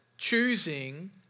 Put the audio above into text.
Choosing